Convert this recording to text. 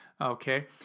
okay